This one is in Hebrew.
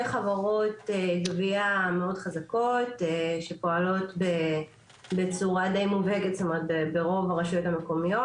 חברות גבייה מאוד חזקות שפועלות ברוב הרשויות המקומיות.